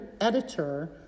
editor